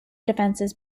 defences